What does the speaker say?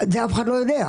את זה אף אחד לא יודע,